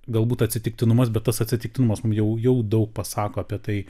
galbūt atsitiktinumas bet tas atsitiktinumas mum jau jau daug pasako apie tai